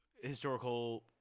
historical